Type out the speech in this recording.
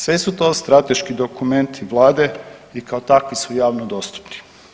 Sve su to strateški dokumenti Vlade i kao takvi su javno dostupni.